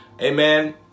Amen